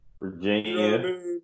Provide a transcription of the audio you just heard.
Virginia